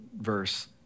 verse